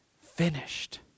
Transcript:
finished